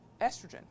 estrogen